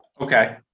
Okay